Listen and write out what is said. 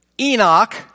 Enoch